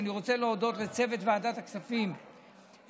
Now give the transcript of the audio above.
אני רוצה להודות לצוות ועדת הכספים בראשותו